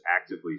actively